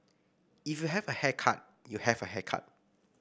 if you have a haircut you have a haircut